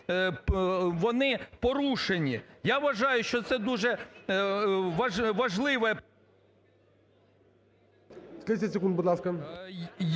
вони порушені. Я вважаю, що це дуже важливе…